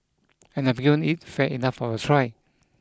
and I've given it fair enough of a try